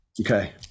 okay